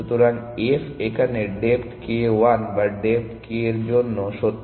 সুতরাং p এখানে depth k 1 বা ডেপ্থ k এর জন্য সত্য হোক